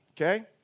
Okay